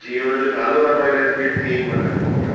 जीअं उन जो नालो आहे रॉयल एनफील्ड तीअं ई उहा गाॾी बि आहे